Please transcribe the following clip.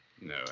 No